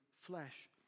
flesh